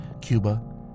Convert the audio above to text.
Cuba